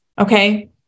okay